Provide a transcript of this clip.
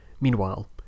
Meanwhile